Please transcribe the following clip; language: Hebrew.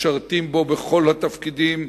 משרתים בו בכל התפקידים,